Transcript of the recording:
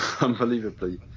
unbelievably